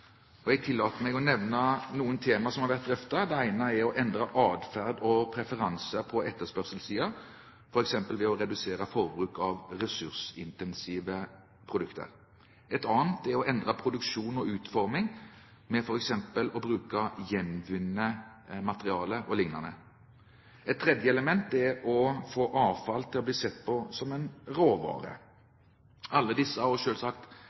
Jeg tillater meg å nevne noen tema som har vært drøftet. Det ene er å endre atferd og preferanse på etterspørselssiden, f.eks. ved å redusere forbruk av ressursintensive produkter. Et annet er å endre produksjon og utforming ved f.eks. å bruke gjenvunnet materiale o.l. Et tredje element er å få avfall til å bli sett på som en råvare. Alle disse, og